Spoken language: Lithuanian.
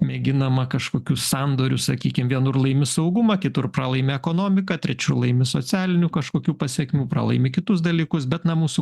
mėginama kažkokius sandorius sakykim vienur laimi saugumą kitur pralaimi ekonomiką trečiu laimi socialinių kažkokių pasekmių pralaimi kitus dalykus bet na mūsų